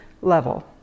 level